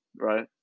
Right